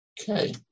Okay